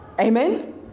Amen